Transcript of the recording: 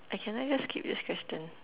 I can I just skip this question